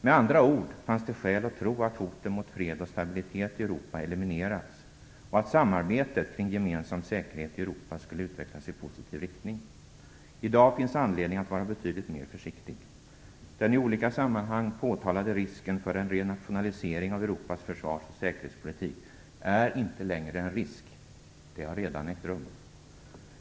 Med andra ord fanns det skäl att tro att hoten mot fred och stabilitet i Europa eliminerats och att samarbetet kring gemensam säkerhet i Europa skulle utvecklas i positiv riktning. I dag finns det anledning att vara betydligt mer försiktig. Den i olika sammanhang påtalade risken för en renationalisering av Europas försvars och säkerhetspolitik är inte längre en risk - det har redan ägt rum!